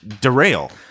Derail